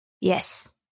Yes